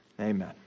Amen